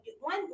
one